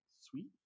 sweet